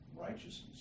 Righteousness